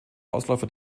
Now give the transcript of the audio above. ausläufer